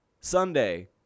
Sunday